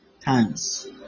times